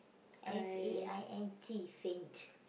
F A I N T faint